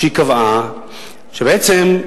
שהיא קבעה שבעצם,